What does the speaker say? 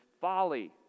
folly